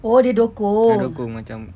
oh dia dukung